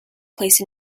placed